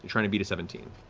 trying to beat a seventeen.